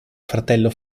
fratello